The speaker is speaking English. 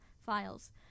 files